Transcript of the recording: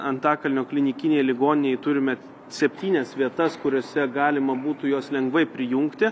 antakalnio klinikinėj ligoninėj turime septynias vietas kuriose galima būtų juos lengvai prijungti